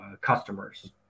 customers